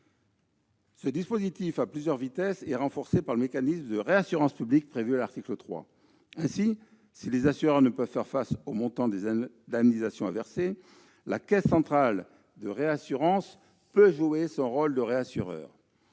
Ce dispositif à plusieurs vitesses est renforcé par le mécanisme de réassurance publique prévu à l'article 3. Si les assureurs ne peuvent faire face au montant des indemnisations à verser, la Caisse centrale de réassurance peut jouer son rôle de réassureur.